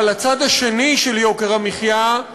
אבל הצד השני של יוקר המחיה הוא